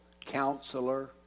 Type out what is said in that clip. Counselor